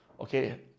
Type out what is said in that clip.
Okay